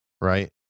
right